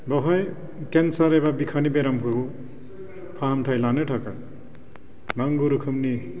बेवहाय केन्सार एबा बिखानि बेरामफोरखौ फाहामथाय लानो थाखाय नांगौ रोखोमनि